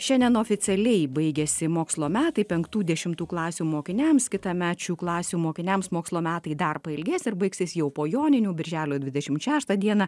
šiandien oficialiai baigiasi mokslo metai penktų dešimtų klasių mokiniams kitąmet šių klasių mokiniams mokslo metai dar pailgės ir baigsis jau po joninių birželio dvidešimt šeštą dieną